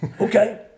okay